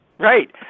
Right